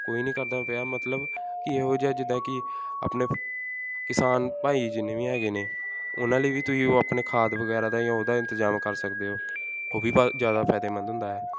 ਕੋਈ ਨਹੀਂ ਕਰਦਾ ਪਿਆ ਮਤਲਬ ਇਹੋ ਜਿਹਾ ਜਿੱਦਾਂ ਕਿ ਆਪਣੇ ਕਿਸਾਨ ਭਾਈ ਜਿੰਨੇ ਵੀ ਹੈਗੇ ਨੇ ਉਹਨਾਂ ਲਈ ਵੀ ਤੁਸੀਂ ਉਹ ਆਪਣੇ ਖਾਦ ਵਗੈਰਾ ਦਾ ਜਾਂ ਉਹਦਾ ਇੰਤਜ਼ਾਮ ਕਰ ਸਕਦੇ ਹੋ ਉਹ ਵੀ ਭ ਜ਼ਿਆਦਾ ਫਾਇਦੇਮੰਦ ਹੁੰਦਾ ਹੈ